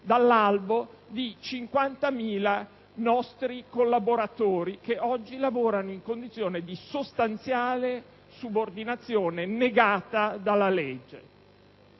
dall'albo di 50.000 nostri collaboratori, che oggi lavorano in condizione di sostanziale subordinazione, anche se negata dalla legge.